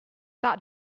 that